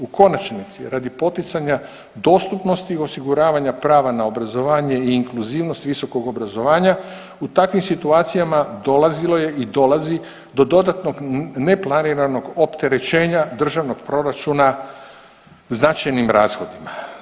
U konačnici, radi poticanja dostupnosti i osiguravanja prava na obrazovanje i inkluzivnost visokog obrazovanja u takvim situacijama dolazilo je i dolazi do dodatnog neplaniranog opterećenja državnog proračuna značajnim rashodima.